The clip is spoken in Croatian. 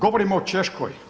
Govorimo o Češkoj.